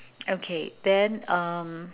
okay then uh